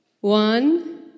one